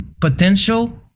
potential